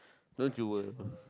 don't you worry